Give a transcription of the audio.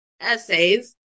essays